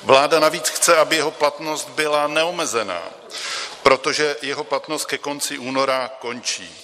Vláda navíc chce, aby jeho platnost byla neomezená, protože jeho platnost ke konci února končí.